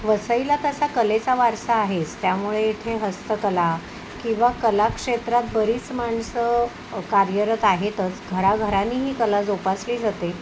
वसईला तसा कलेचा वारसा आहेच त्यामुळे इथे हस्तकला किंवा कलाक्षेत्रात बरीच माणसं कार्यरत आहेतच घराघरांनीही कला जोपासली जाते